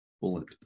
bullet